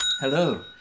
Hello